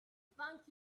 thank